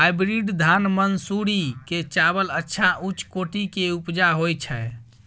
Hybrid धान मानसुरी के चावल अच्छा उच्च कोटि के उपजा होय छै?